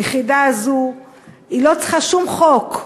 היחידה הזאת לא צריכה שום חוק,